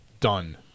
done